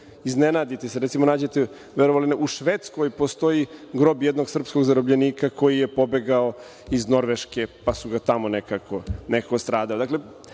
Iznenadite se, npr. nađete verovali ili ne u Švedskoj postoji grob jednog srpskog zarobljenika koji je pobegao iz Norveške pa je tamo stradao.